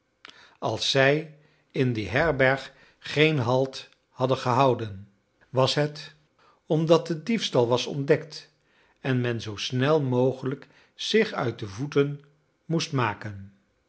als zij in die herberg geen halt hadden gehouden was het omdat de diefstal was ontdekt en men zoo snel mogelijk zich uit de voeten moest maken